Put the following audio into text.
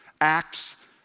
acts